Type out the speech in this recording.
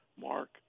Mark